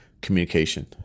communication